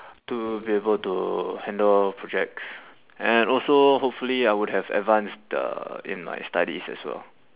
to be able to handle projects and also hopefully I would have advanced uh in my studies as well